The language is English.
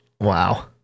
Wow